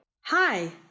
Hi